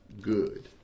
good